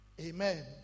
Amen